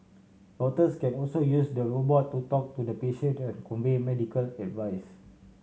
doctors can also use the robot to talk to the patient and convey medical advice